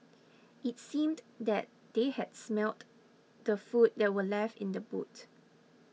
it seemed that they had smelt the food that were left in the boot